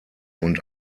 und